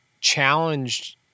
challenged